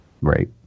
Right